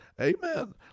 Amen